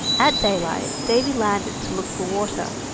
at daylight davy landed to look for water,